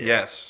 Yes